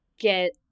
get